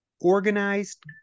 organized